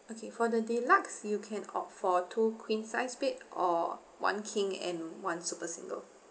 okay for the deluxe you can opt for two queen size bed or one king and one super single